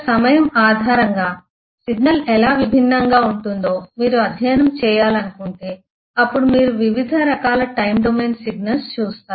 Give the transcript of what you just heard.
సమయం ఆధారంగా సిగ్నల్ ఎలా విభిన్నంగా ఉంటుందో మీరు అధ్యయనం చేయాలనుకుంటే అప్పుడు మీరు వివిధ రకాల టైమ్ డొమైన్ సిగ్నల్స్ చూస్తారు